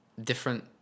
different